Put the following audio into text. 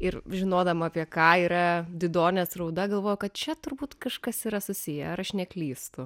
ir žinodama apie ką yra didonės rauda galvoju kad čia turbūt kažkas yra susiję ar aš neklystu